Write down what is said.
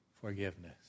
forgiveness